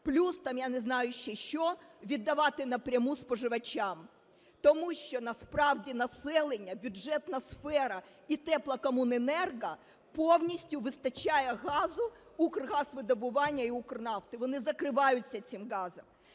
плюс там, я не знаю ще що, віддавати напряму споживачам. Тому що насправді населення, бюджетна сфера і Теплокомуненерго повністю вистачає газу Укргазвидобування і Укрнафти, вони закриваються цим газом.